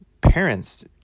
parents